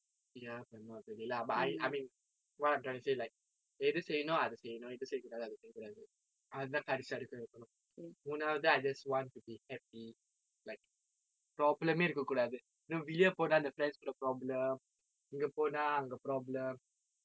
ya but not really lah but I I mean what I'm trying to say like எது செய்யணும் அது செய்யணும் இது செய்யக்கூடாது அது செய்யக்கூடாது அது தான் கடைசி வரைக்கும் இருக்கணும் மூணாவது:ethu seyyanum athu seyyanum ithu seyyakkudaathu athu seyyakkudaathu athu thaan kadasi varaikkum irukkanum moonavathu I just want to be happy like problem eh இருக்க கூடாது:irukka kudaathu know வெளியே போனா அந்த:veliye ponaa antha friends கூட:kuda problem இங்க போனா அங்க:inga ponaa anga problem